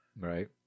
Right